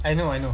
I know I know